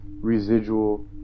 residual